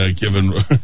given